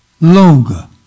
longer